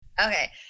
Okay